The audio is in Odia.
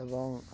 ଏବଂ